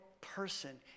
person